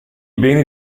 beni